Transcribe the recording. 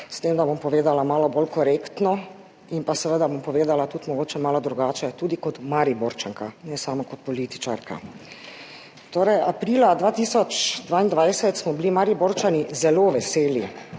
s tem, da bom povedala malo bolj korektno in pa seveda bom povedala tudi mogoče malo drugače, kot Mariborčanka, ne samo kot političarka. Torej, aprila 2022 smo bili Mariborčani zelo veseli,